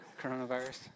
Coronavirus